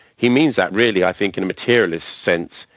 he means that really i think in a materialist sense,